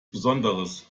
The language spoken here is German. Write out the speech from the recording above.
besonderes